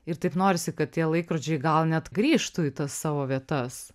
ir taip norisi kad tie laikrodžiai gal net grįžtų į tas savo vietas